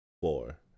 four